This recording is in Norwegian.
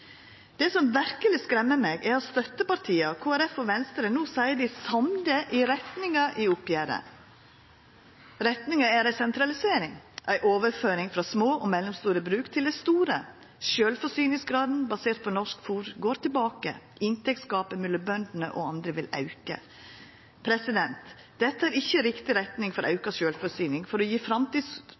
Det som verkeleg skremmer meg, er at støttepartia – Kristeleg Folkeparti og Venstre – no seier dei er samde i retninga i oppgjeret. Retninga er ei sentralisering, ei overføring frå små og mellomstore bruk til dei store. Sjølvforsyningsgraden basert på norsk fôr går tilbake. Inntektsgapet mellom bøndene og andre vil auka. Dette er ikkje riktig retning for auka sjølvforsyning – for å